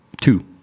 two